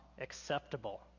acceptable